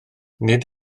nid